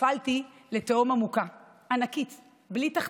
נפלתי לתהום עמוקה, ענקית, בלי תחתית,